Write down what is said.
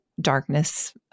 darkness